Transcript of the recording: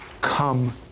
come